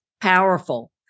powerful